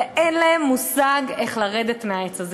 ואין להם מושג איך לרדת מהעץ הזה.